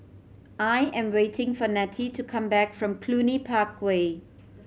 I am waiting for Nettie to come back from Cluny Park Way